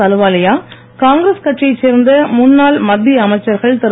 அலுவாலியா காங்கிரஸ் கட்சியைச் சேர்ந்த முன்னாள் மத்திய அமைச்சர்கள் திரு